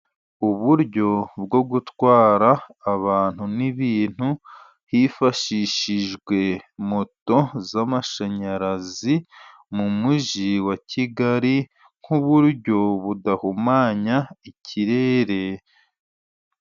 Uburyo bwo gutwara abantu n'ibintu hifashishijwe moto z'amashanyarazi mu mujyi wa kigali nk'uburyo budahumanya ikirere.